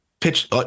pitch